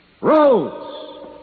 Rose